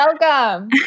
welcome